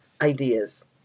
ideas